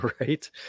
Right